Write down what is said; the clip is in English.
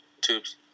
tubes